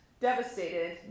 devastated